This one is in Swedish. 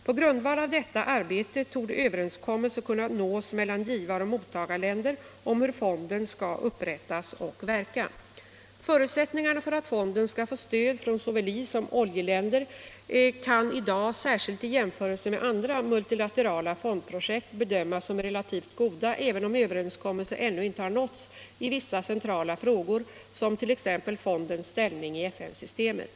På grundval av detta arbete torde överenskommelse kunna nås mellan givaroch mottagarländer om hur fonden skall = upprättas och verka. Om bidrag till den Förutsättningarna för att fonden skall få stöd från såväl isom ol = internationella jeländer kan i dag, särskilt i jämförelse med andra multilaterala fond — jordbruksutveckprojekt, bedömas som relativt goda även om överenskommelse ännu = lingsfonden inte har nåtts i vissa centrala frågor som t.ex. fondens ställning i FN systemet.